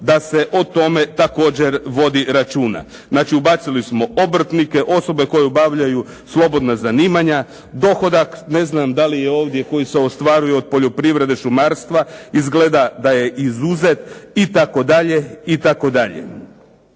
da se o tome također vodi računa. Znači ubacili smo obrtnike, osobe koje obavljaju slobodna zanimanja, dohodak, ne znam da li je ovdje koji se ostvaruju od poljoprivrede, šumarstva. Izgleda da je izuzet, itd.,